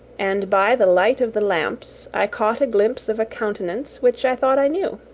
and by the light of the lamps i caught a glimpse of a countenance which i thought i knew.